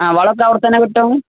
ആ വളമൊക്കെ അവിടെത്തന്നെ കിട്ടും